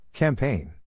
Campaign